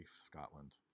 Scotland